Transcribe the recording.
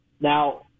Now